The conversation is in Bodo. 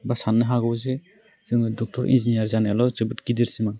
बा साननो हागौ जे जोङो डक्टर इन्जिनियार जानायाल' जोबोद गिदिर सिमां